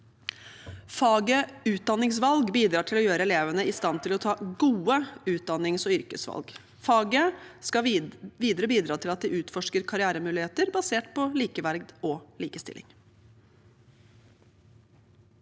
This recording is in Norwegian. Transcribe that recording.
Faget utdanningsvalg bidrar til å gjøre elevene i stand til å ta gode utdannings- og yrkesvalg. Faget skal videre bidra til at de utforsker karrieremuligheter basert på likeverd og likestilling.